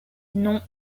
non